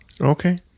Okay